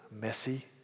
messy